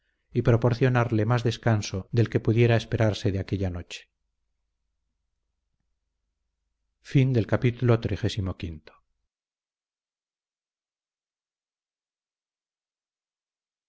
y proporcionarle más descanso del que pudiera esperarse de aquella noche